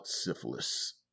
syphilis